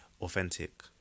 authentic